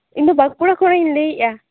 ᱤᱧ ᱫᱚ ᱵᱟᱸᱠᱩᱲᱟ ᱠᱷᱚᱱ ᱤᱧ ᱞᱟᱹᱭ ᱮᱫᱟ